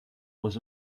was